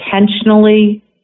intentionally